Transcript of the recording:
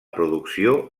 producció